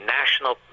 national